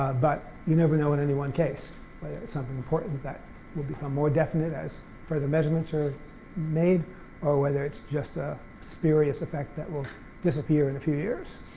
but you never know in any one case, whether it's something important that will become more definite as for the measurements are made or whether it's just a spurious effect that will disappear in a few years.